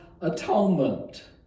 atonement